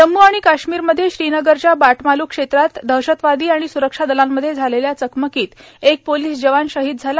जम्मू आणि काश्मीरमध्ये श्रीनगरच्या बाटमालू क्षेत्रात दहशतवादी आणि सुरक्षा दलामध्ये झालेल्या चकमकीत एक पोलीस जवान शहीद झाला